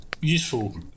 useful